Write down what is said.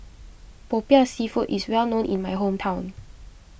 Popiah Seafood is well known in my hometown